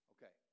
Okay